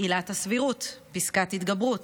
עילת הסבירות, פסקת התגברות,